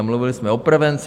Mluvili jsme o prevenci...